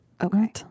Okay